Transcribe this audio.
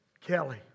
Kelly